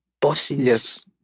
bosses